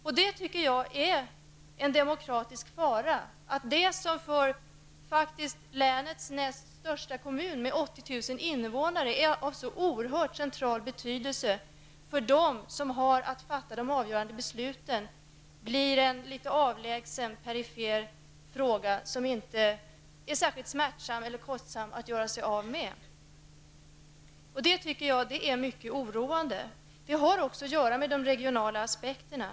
Det är enligt min mening från demokratisk synpunkt en fara att det som för länets faktiskt näst största kommun, med 80 000 invånare, är av så oerhört central betydelse för dem som har att fatta de avgörande besluten blir en litet avlägsen och obetydlig fråga, som det inte är särskilt smärtsamt eller kostsamt att föra åt sidan. Detta är mycket oroande. Det har också att göra med de regionala aspekterna.